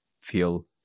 feel